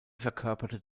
verkörperte